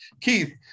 Keith